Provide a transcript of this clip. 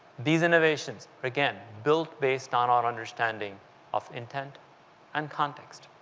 these innovations, again, built based on our understanding of intent and context.